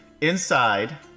inside